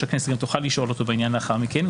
הכנסת גם תוכל לשאול אותו בעניין לאחר מכן.